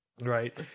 Right